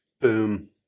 Boom